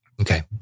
Okay